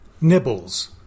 Nibbles